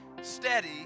steady